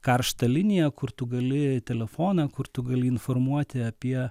karšta linija kur tu gali telefoną kur tu gali informuoti apie